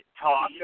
talk